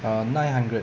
uh nine hundred